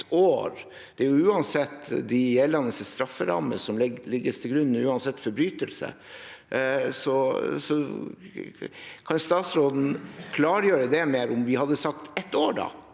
år, er det de gjeldende strafferammer som legges til grunn, uansett forbrytelse, så kan statsråden klargjøre det mer? Om vi hadde sagt ett år